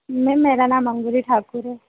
ma'am मेरा नाम अंगूरी ठाकुर है